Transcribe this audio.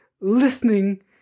listening